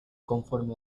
conforme